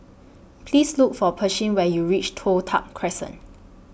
Please Look For Pershing when YOU REACH Toh Tuck Crescent